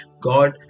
God